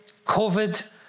COVID